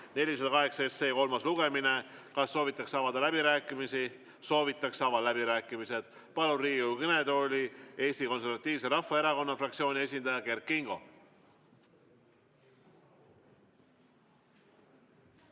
408 kolmas lugemine. Kas soovitakse avada läbirääkimisi? Soovitakse. Avan läbirääkimised. Palun Riigikogu kõnetooli Eesti Konservatiivse Rahvaerakonna fraktsiooni esindaja Kert Kingo.